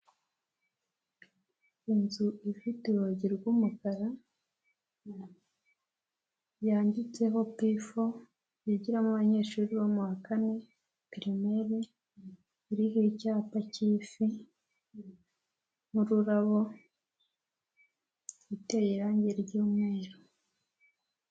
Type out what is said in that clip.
Inzu ifite urugi rw'umukara yanditseho pifo yigiramo abanyeshuri bo mumwaka wa kane pirimeri, iriho icyapa cy'ifi n'ururabo, iteye irangi ry'umweru.